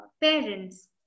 parents